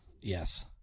yes